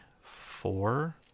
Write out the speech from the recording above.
four